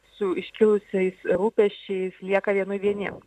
su iškilusiais rūpesčiais lieka vienui vieni